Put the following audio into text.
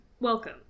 Welcome